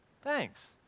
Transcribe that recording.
thanks